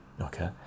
okay